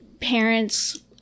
parents